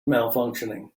malfunctioning